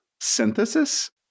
synthesis